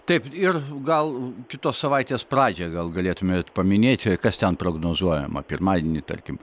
taip ir gal kitos savaitės pradžią gal galėtumėt paminėti kas ten prognozuojama pirmadienį tarkim